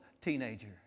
teenager